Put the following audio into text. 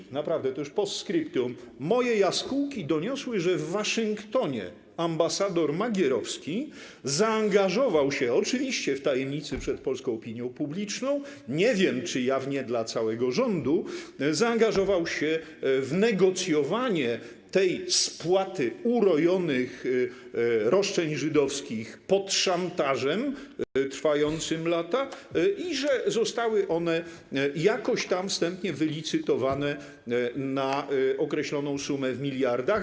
I naprawdę to już postscriptum, moje jaskółki doniosły, że w Waszyngtonie ambasador Magierowski zaangażował się - oczywiście w tajemnicy przed polską opinią publiczną, nie wiem, czy jawnie dla całego rządu - w negocjowanie spłaty urojonych roszczeń żydowskich pod szantażem trwającym lata i że zostały one jakoś tam wstępnie wylicytowane na określoną sumę w miliardach.